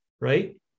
right